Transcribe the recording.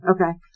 okay